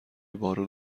بارون